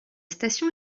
station